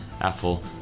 Apple